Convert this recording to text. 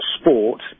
sport